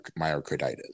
myocarditis